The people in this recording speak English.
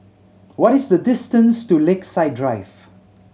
what is the distance to Lakeside Drive